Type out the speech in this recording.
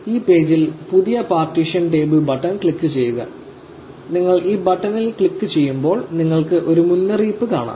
ഈ പേജിൽ പുതിയ പാർട്ടീഷൻ ടേബിൾ ബട്ടൺ ക്ലിക്ക് ചെയ്യുക നിങ്ങൾ ഈ ബട്ടണിൽ ക്ലിക്ക് ചെയ്യുമ്പോൾ നിങ്ങൾക്ക് ഒരു മുന്നറിയിപ്പ് കാണാം